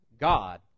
God